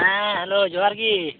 ᱦᱮᱸ ᱦᱮᱞᱳ ᱦᱚᱡᱟᱨ ᱜᱮ